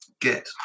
get